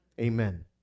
Amen